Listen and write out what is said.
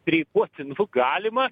streikuoti nu galima